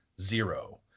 zero